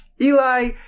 Eli